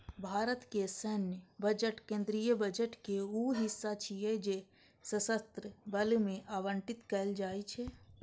भारतक सैन्य बजट केंद्रीय बजट के ऊ हिस्सा छियै जे सशस्त्र बल कें आवंटित कैल जाइ छै